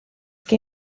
che